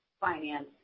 finance